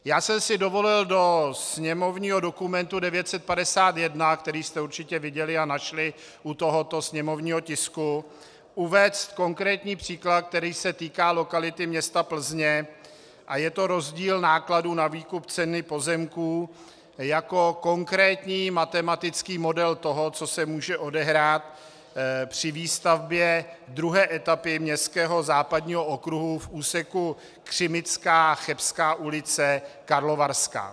Já jsem si dovolil do sněmovního dokumentu 951, který jste určitě viděli a našli u tohoto sněmovního tisku, uvést konkrétní příklad, který se týká lokality města Plzně, a je to rozdíl nákladů na výkup ceny pozemků jako konkrétní matematický model toho, co se může odehrát při výstavbě druhé etapy městského západního okruhu v úseku Křimická Chebská ulice Karlovarská.